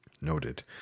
Noted